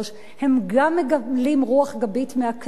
הם גם מקבלים רוח גבית מהכנסת,